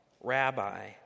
Rabbi